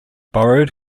borrowed